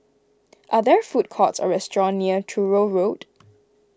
are there food courts or restaurants near Truro Road